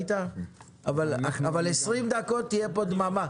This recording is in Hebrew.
אבל במשך 20 דקות תהיה פה דממה.